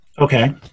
Okay